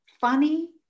funny